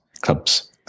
clubs